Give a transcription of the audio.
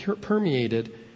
permeated